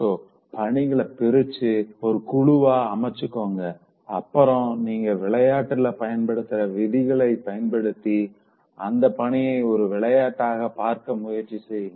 so பணிகள பிரிச்சு ஒரு குழுவா அமச்சுகோங்க அப்புறம் நீங்க விளையாட்டுல பயன்படுத்துற விதிகள பயன்படுத்தி அந்த பணிய ஒரு விளையாட்டாக பார்க்க முயற்சி செய்ங்க